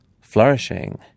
flourishing